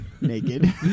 naked